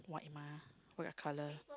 white mah what your color